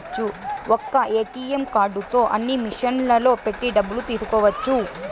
ఒక్క ఏటీఎం కార్డుతో అన్ని మిషన్లలో పెట్టి డబ్బులు తీసుకోవచ్చు